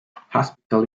hospital